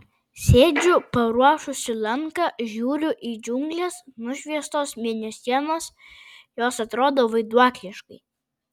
sėdžiu paruošusi lanką žiūriu į džiungles nušviestos mėnesienos jos atrodo vaiduokliškai